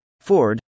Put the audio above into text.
Ford